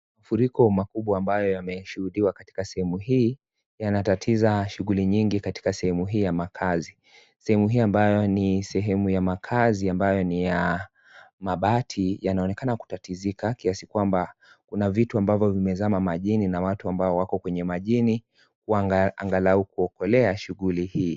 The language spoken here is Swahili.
Mafuriko makubwa ambayo yameshuhudiwa katika sehemu hii yanatatiza shughuli nyingi katika sehemu hii ya makazi. Sehemu hii ambayo ni sehemu ya makazi ambayo ni ya mabati yanaonekana kutatizika kiasi kwamba kuna vitu ambavyo vimezama majini na watu ambao wako kwenye majini wanga angalau kuokolea shughuli hii.